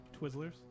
Twizzlers